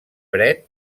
fred